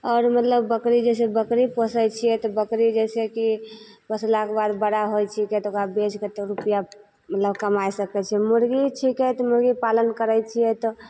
आओर मतलब बकरी जइसे बकरी पोसै छिए तऽ बकरी जे छै कि पोसलाके बाद बड़ा होइ छिकै तऽ ओकरा बेचिके तऽ रुपैआ मतलब कमै सकै छिकै मुरगी छिकै तऽ मुरगी पालन करै छिए तऽ